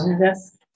yes